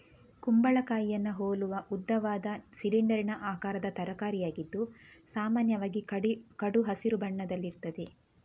ಕುಂಬಳಕಾಯಿಯನ್ನ ಹೋಲುವ ಉದ್ದವಾದ, ಸಿಲಿಂಡರಿನ ಆಕಾರದ ತರಕಾರಿಯಾಗಿದ್ದು ಸಾಮಾನ್ಯವಾಗಿ ಕಡು ಹಸಿರು ಬಣ್ಣದಲ್ಲಿರ್ತದೆ